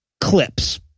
clips